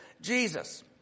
Jesus